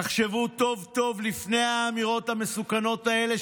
תחשבו טוב טוב לפני האמירות המסוכנות האלה,